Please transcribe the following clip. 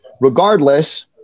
regardless